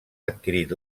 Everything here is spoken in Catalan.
adquirit